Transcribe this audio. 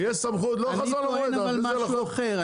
לא חזון למועד --- אני טוען אבל משהו אחר,